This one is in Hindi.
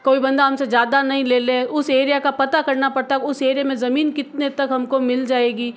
कोई बंदा हमसे ज़्यादा न ले ले उस एरिया का पता करना पड़ता है उस एरिया में ज़मीन कितने तक हमको मिल जाएगी